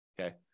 okay